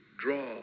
draw